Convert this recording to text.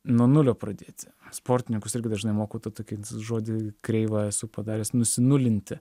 nuo nulio pradėti sportininkus irgi dažnai moko to tokį žodį kreiva esu padaręs nusinulinti